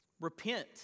Repent